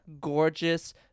gorgeous